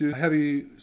heavy